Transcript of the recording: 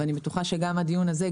ואני בטוחה שגם בדיון הזה,